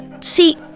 see